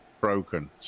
broken